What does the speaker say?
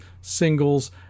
singles